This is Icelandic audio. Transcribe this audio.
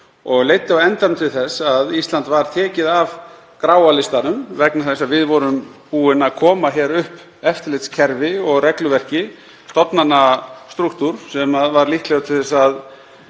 og leiddi á endanum til þess að Ísland var tekið af gráa listanum vegna þess að við vorum búin að koma upp eftirlitskerfi, regluverki og stofnanastrúktúr sem var líklegur til að